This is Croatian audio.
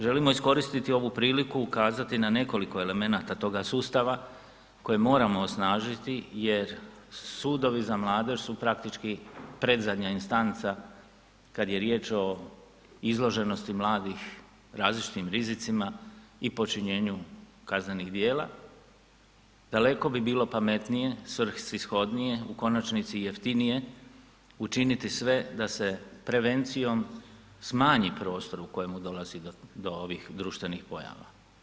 Želimo iskoristiti ovu priliku i ukazati na nekoliko elemenata toga sustava koje moramo osnažiti jer sudovi za mladež su praktički predzadnja instanca kad je riječ o izloženosti mladih različitim rizicima i počinjenju kaznenih djela, daleko bi bilo pametnije, svrsishodnije, u konačnici i jeftinije učiniti sve da se prevencijom smanji prostor u kojemu dolazi do, do ovih društvenih pojava.